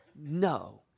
No